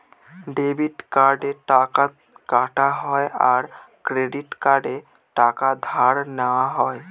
debit কার্ডে টাকা কাটা হয় আর ক্রেডিট কার্ডে টাকা ধার নেওয়া হয়